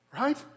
right